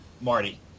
Marty